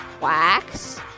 wax